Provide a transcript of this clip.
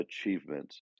achievements